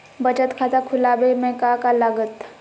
बचत खाता खुला बे में का का लागत?